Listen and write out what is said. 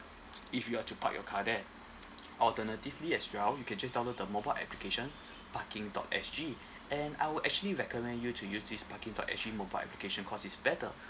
if you are to park your car there alternatively as well you can just download the mobile application parking dot s g and I would actually recommend you to use this parking dot s g mobile application because it's better